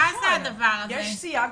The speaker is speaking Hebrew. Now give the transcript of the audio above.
יש בחוק סייג